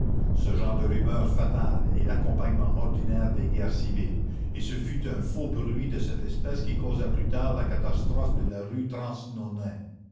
ce genre de rumeurs fatales est l'accompagnement ordinaire des guerres civiles et ce fut un faux bruit de cette espèce qui causa plus tard la catastrophe de la rue